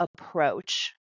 approach